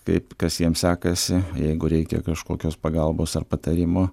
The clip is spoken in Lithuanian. kaip kas jiem sekasi jeigu reikia kažkokios pagalbos ar patarimo